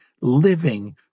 living